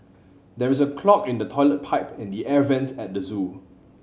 there is a clog in the toilet pipe and the air vents at the zoo